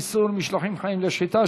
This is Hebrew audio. איסור משלוחים חיים לשחיטה),